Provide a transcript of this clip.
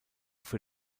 für